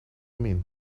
mean